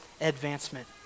advancement